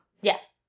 Yes